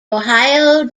ohio